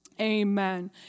Amen